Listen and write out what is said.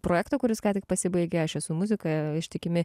projekto kuris ką tik pasibaigė aš esu muzikai ištikimi